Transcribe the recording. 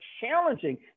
challenging